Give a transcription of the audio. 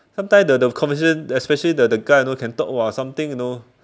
sometime the the conversation especially the the guy you know can talk !wah! something you know